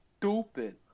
stupid